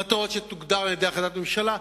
מטרות שתוגדרנה בהחלטת הממשלה.